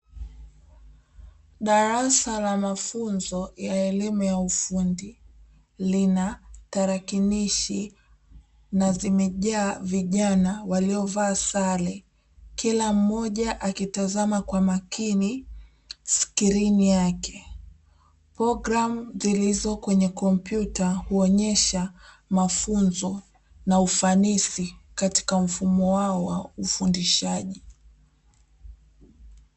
Darasa la mafunzo ya elimu ya ufundi lina tarakirishi na zimejaa vijana waliovaa sare kila mmoja akitazama kwa makini sikrini yake, pogramu zilizo kwenye kompiyuta huonyesha mafunzo na ufanisi katika mfumo wao wa ufundishaji.